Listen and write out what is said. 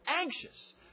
anxious